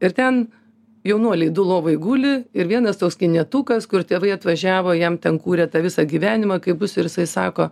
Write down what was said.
ir ten jaunuoliai du lovoj guli ir vienas toks kaimietukas kur tėvai atvažiavo jam ten kūrė tą visą gyvenimą kaip bus ir jisai sako